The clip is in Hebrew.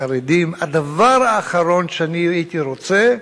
החרדים: הדבר האחרון שאני הייתי רוצה,